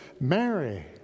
Mary